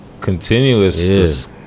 continuous